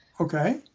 Okay